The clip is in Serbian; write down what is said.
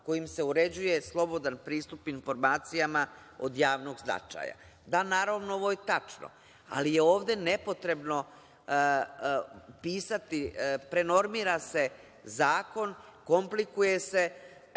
kojim se uređuje slobodan pristup informacijama od javnog značaja. Da, naravno, ovo je tačno. Ali, ovde je nepotrebno pisati, prenormira se zakon, komplikuje se,